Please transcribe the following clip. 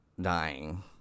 dying